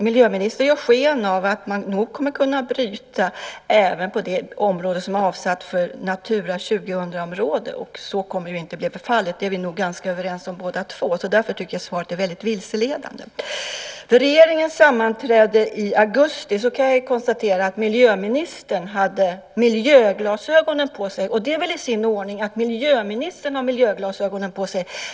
Miljöministern ger sken av att man nog kommer att kunna bryta även på det område som är avsatt för Natura 2000-område. Så kommer inte att bli fallet. Det är vi nog båda två ganska överens om. Därför är svaret vilseledande. Vid regeringens sammanträde i augusti kan jag konstatera att miljöministern hade miljöglasögonen på sig. Det är väl i sin ordning att miljöministern har miljöglasögonen på sig.